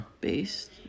based